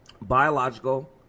Biological